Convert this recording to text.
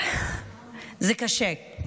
זה קשה.